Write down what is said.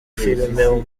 film